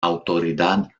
autoridad